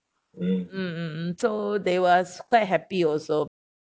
mm mm mm so they was quite happy also